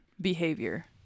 behavior